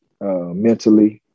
mentally